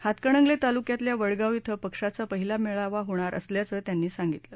हातकणंगले तालुक्यातल्या वडगाव इथं पक्षाचा पहिला मेळावा होणार असल्याचं त्यांनी सांगितलं